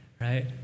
right